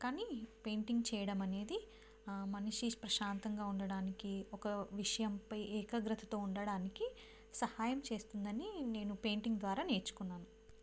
కానీ పెయింటింగ్ చెయ్యడం అనేది మనిషి ప్రశాంతంగా ఉండడానికి ఒక విషయంపై ఏకాగ్రతతో ఉండడానికి సహాయం చేస్తుందని నేను పెయింటింగ్ ద్వారా నేర్చుకున్నాను